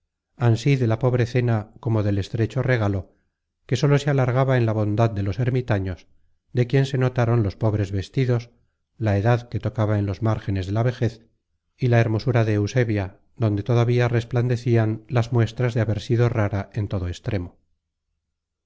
ansi de la pobre cena como del estrecho regalo que sólo se alargaba en la bondad de los ermitaños de quien se notaron los pobres vestidos la edad que tocaba en los márgenes de la vejez y la hermosura de eusebia donde todavía resplandecian las muestras de haber sido rara en todo extremo